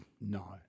no